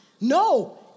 No